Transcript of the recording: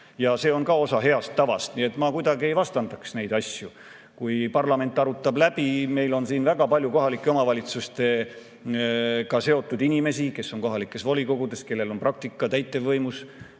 ja see on ka osa heast tavast. Ma kuidagi ei vastandaks neid asju. Parlament arutab kõik läbi, meil on siin väga palju kohalike omavalitsustega seotud inimesi, kes on kohalikes volikogudes, kellel on praktika täitevvõimu